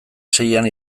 seian